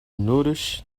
nourish